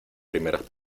primeras